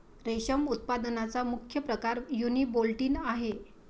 रेशम उत्पादनाचा मुख्य प्रकार युनिबोल्टिन आहे